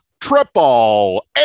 Triple